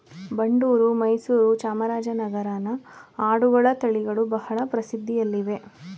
ಬಂಡೂರು, ಮೈಸೂರು, ಚಾಮರಾಜನಗರನ ಆಡುಗಳ ತಳಿಗಳು ಬಹಳ ಪ್ರಸಿದ್ಧಿಯಲ್ಲಿವೆ